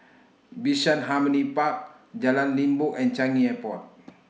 Bishan Harmony Park Jalan Limbok and Changi Airport